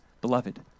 beloved